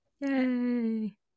Yay